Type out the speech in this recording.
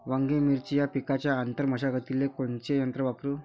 वांगे, मिरची या पिकाच्या आंतर मशागतीले कोनचे यंत्र वापरू?